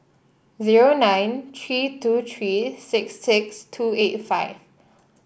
zero nine three two three six six two eight five